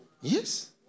Yes